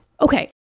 Okay